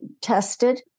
tested